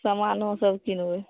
सामानो सब कीनबय